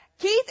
Keith